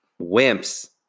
wimps